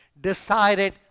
decided